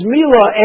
Milah